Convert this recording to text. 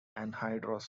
anhydrous